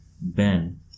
Ben